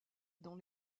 dans